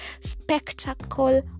spectacle